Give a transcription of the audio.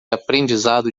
aprendizado